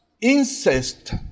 incest